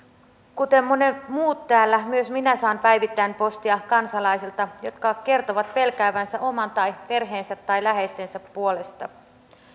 kuten monet muut täällä myös minä saan päivittäin postia kansalaisilta jotka kertovat pelkäävänsä omasta tai perheensä tai läheistensä puolesta